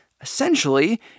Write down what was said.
Essentially